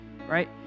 right